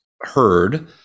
heard